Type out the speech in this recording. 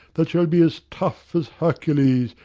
that shall be as tough as hercules,